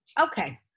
Okay